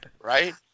right